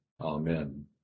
Amen